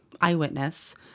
eyewitness